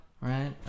right